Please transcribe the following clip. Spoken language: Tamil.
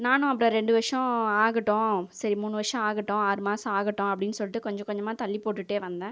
நானும் அப்புறம் ரெண்டு வருஷம் ஆகட்டும் சரி மூணு வருஷம் ஆகட்டும் ஆறு மாசம் ஆகட்டு அப்படின்னு சொல்லிவிட்டு கொஞ்சம் கொஞ்சமாக தள்ளிப்போட்டுட்டே வந்தேன்